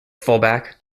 fullback